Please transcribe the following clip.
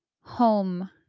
home